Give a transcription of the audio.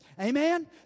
Amen